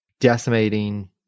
decimating